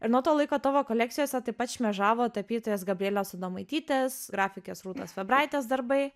ir nuo to laiko tavo kolekcijose taip pat šmėžavo tapytojos gabrielės adomaitytės grafikės rūtos fabraitės darbai